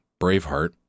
Braveheart